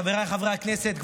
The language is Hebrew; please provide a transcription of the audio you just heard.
חבריי חברי הכנסת,